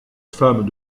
femme